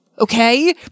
Okay